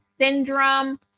syndrome